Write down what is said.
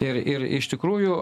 ir ir iš tikrųjų